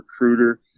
recruiter